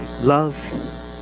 Love